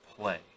play